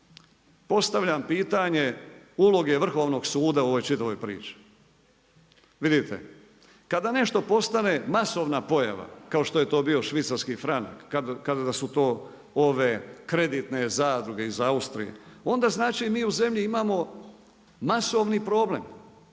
postavljam pitanje uloge Vrhovnog suda u ovoj čitavoj priči. Vidite, kada nešto postane masovna pojava, kao što je to bio švicarski franak, kada su to ove kreditne zadruge iz Austrije, onda znači mi u zemlji imamo masovni problem.